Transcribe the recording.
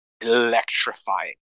electrifying